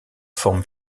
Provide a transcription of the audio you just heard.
forme